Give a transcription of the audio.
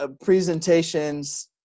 presentations